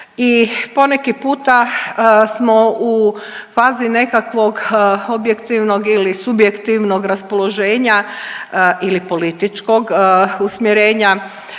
i poneki puta smo u fazi nekakvog objektivnog ili subjektivnog raspoloženja ili političkog usmjerenja